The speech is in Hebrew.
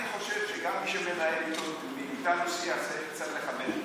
אני חושב שגם מי שמנהל איתנו שיח צריך קצת לכבד,